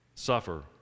suffer